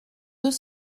deux